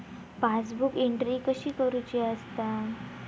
Passbook entry कशी करुची असता?